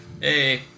Hey